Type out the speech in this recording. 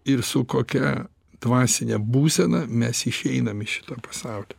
ir su kokia dvasine būsena mes išeinam iš šito pasaulio